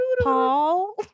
Paul